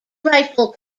rifle